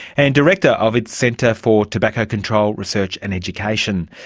and director of its centre for tobacco control, research and education.